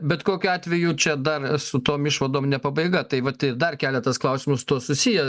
bet kokiu atveju čia dar su tom išvadom ne pabaiga tai vat dar keletas klausimų tuo susiję